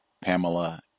Pamela